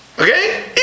Okay